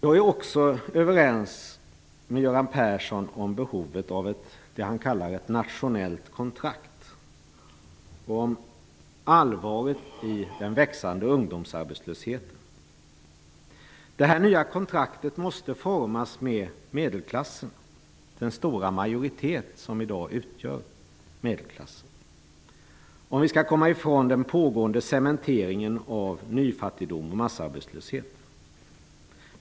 Jag är också överens med Göran Persson om behovet av ett, som han kallar det, nationellt kontrakt och om allvaret i den växande ungdomsarbetslösheten. Det nya kontraktet måste formas med den stora majoritet som i dag utgör medelklassen, om vi skall komma ifrån den pågående cementeringen av nyfattigdom och massarbetslöshet.